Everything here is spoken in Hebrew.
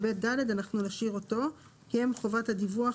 28ב(ד) אנחנו נשאיר כך שתהיה חובת דיווח